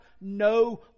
no